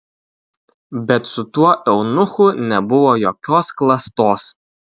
bet su tuo eunuchu nebuvo jokios klastos